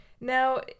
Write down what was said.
Now